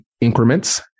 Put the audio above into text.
increments